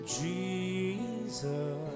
Jesus